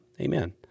Amen